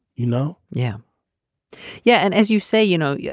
you know? yeah yeah. and as you say, you know, yeah